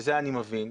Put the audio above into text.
שזה אני מבין.